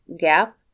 gap